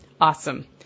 Awesome